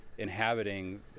inhabiting